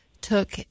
took